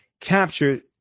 captured